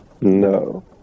no